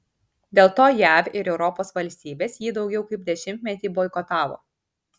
dėl to jav ir europos valstybės jį daugiau kaip dešimtmetį boikotavo